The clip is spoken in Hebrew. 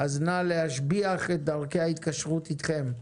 אז נא להשביח את דרכי ההתקשרות אתכם.